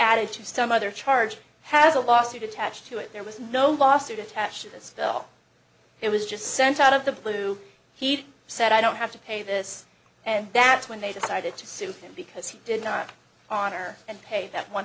to some other charge has a lawsuit attached to it there was no lawsuit attached to this bill it was just sent out of the blue he said i don't have to pay this and that's when they decided to sue him because he did not honor and pay that one